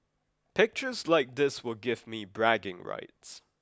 pictures like this will give me bragging rights